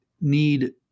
need